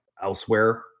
elsewhere